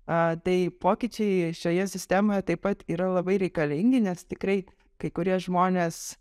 a tai pokyčiai šioje sistemoje taip pat yra labai reikalingi nes tikrai kai kurie žmonės